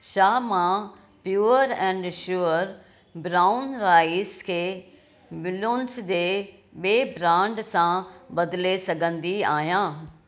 छा मां pure and sure brown rice खे बलून्स जे ॿिए ब्रांड सां बदिले सघंदी आहियां